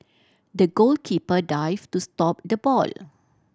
the goalkeeper dived to stop the ball